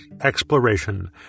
exploration